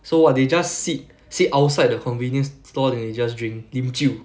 so what they just sit sit outside the convenience store then they just drink lim jiu